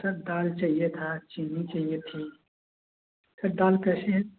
sir दाल चाहिये था चीनी चाहिये थी सर दाल कैसी है